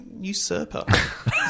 Usurper